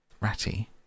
Ratty